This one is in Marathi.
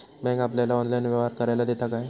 बँक आपल्याला ऑनलाइन व्यवहार करायला देता काय?